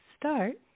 start